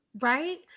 Right